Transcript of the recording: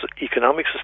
Economic